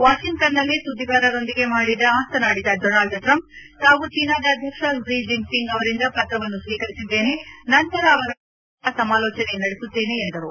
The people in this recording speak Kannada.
ವಾಷಿಂಗ್ಟನ್ನಲ್ಲಿ ಸುದ್ದಿಗಾರರೊಂದಿಗೆ ಮಾತನಾಡಿದ ಡೋನಾಲ್ಡ್ ಟ್ರಂಪ್ ತಾವು ಚೀನಾದ ಅಧ್ಯಕ್ಷ ಕ್ಲಿ ಜಿನ್ಪಿಂಗ್ ಅವರಿಂದ ಪತ್ರವನ್ನು ಸ್ವೀಕರಿಸಿದ್ದೇನೆ ನಂತರ ಅವರೊಡನೆ ದೂರವಾಣಿ ಮೂಲಕ ಸಮಾಲೋಚನೆ ನಡೆಸುತ್ತೇನೆ ಎಂದರು